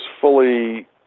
fully